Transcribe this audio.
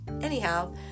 Anyhow